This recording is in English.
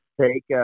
take